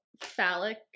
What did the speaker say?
phallic